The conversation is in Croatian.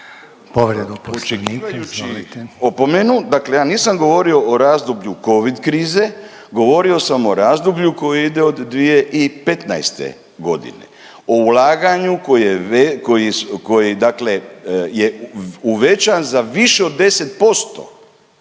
opomenu dakle ja nisam govorio o razdoblju covid krize, govorio sam o razdoblju koje ide od 2015. godine, o ulaganju koje je uvećan za više od 10%,